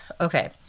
Okay